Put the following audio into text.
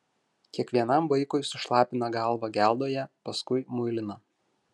kiekvienam vaikui sušlapina galvą geldoje paskui muilina